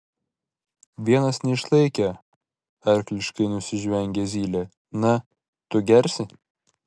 vienas neišlaikė arkliškai nusižvengė zylė na tu gersi